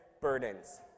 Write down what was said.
burdens